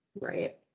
Right